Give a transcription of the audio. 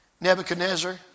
Nebuchadnezzar